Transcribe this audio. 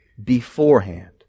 Beforehand